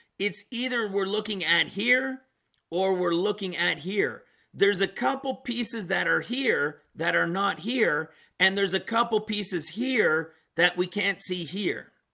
it's either we're looking at here or we're looking at here there's a couple pieces that are here that are not here and there's a couple pieces here that we can't see here